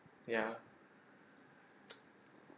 ya